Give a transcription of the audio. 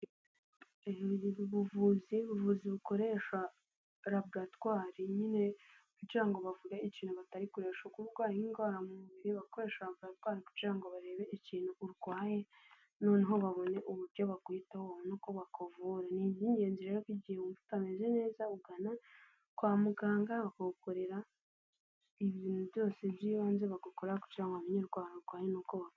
Ubuvuzi, ubuvuzi bukoresha laboratwari nyine kugira ngo bavuge ikintu batagikoresha kuko ari indwara mu mubiri bakoresha laboratwari kugira ngo barebe ikintu urwaye, noneho babone uburyo bakwitaho nuko bakuvura ni iby'ingenzi rero igihe wumva utameze neza ugana kwa muganga bakagukorera ibintu byose by'ibanze bagukorera kugira ngo bamenye indwara urwaye.